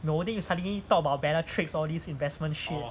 no then you suddenly talk about bellatrix all this investment shit